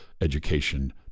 education